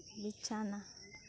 ᱵᱤᱪᱷᱟᱱᱟ